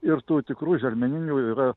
ir tų tikrų želmeninių yra